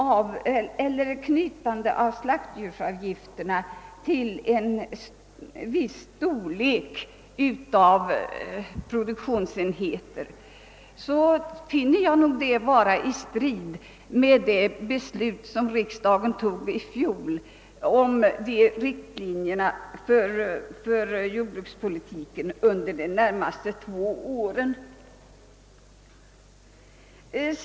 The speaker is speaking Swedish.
Att knyta slaktdjursavgifterna till en viss storlek av produktionsenheterna finner jag stå i strid med det beslut som riksdagen fattade i fjol om riktlinjerna för jordbrukspolitiken under de närmaste två åren.